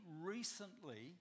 recently